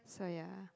so ya